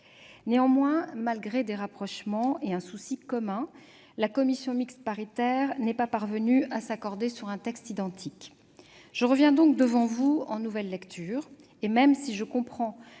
Néanmoins, malgré des rapprochements et un souci commun, la commission mixte paritaire n'est pas parvenue à s'accorder sur un texte identique. Je reviens donc devant vous en nouvelle lecture. Même si je comprends